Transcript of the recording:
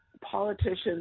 politicians